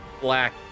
black